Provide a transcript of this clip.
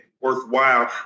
worthwhile